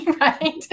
Right